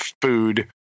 food